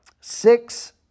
six